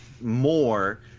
more